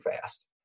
fast